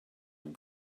when